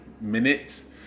minutes